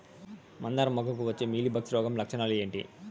మందారం మొగ్గకు వచ్చే మీలీ బగ్స్ రోగం లక్షణాలు ఏంటి?